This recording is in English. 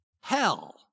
hell